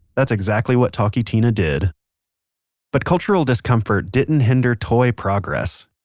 that's exactly what talky tina did but cultural discomfort didn't hinder toy progress.